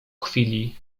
chwili